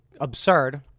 absurd